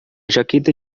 jaqueta